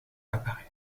apparaît